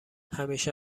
همیشه